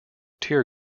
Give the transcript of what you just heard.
tear